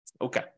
Okay